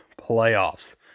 playoffs